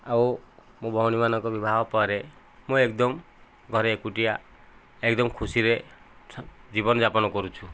ଆଉ ମୋ ଭଉଣୀ ମାନଙ୍କ ବିବାହ ପରେ ମୁଁ ଏକଦମ ଘରେ ଏକୁଟିଆ ଏକଦମ ଖୁସିରେ ଜୀବନ ଯାପନ କରୁଛୁ